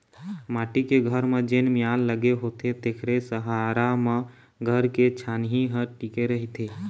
माटी के घर म जेन मियार लगे होथे तेखरे सहारा म घर के छानही ह टिके रहिथे